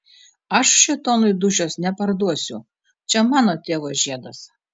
aš šėtonui dūšios neparduosiu čia mano tėvo žiedas